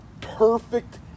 Perfect